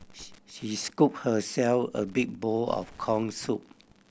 she she scooped herself a big bowl of corn soup